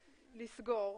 לסגור.